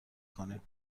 کنیم